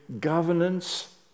governance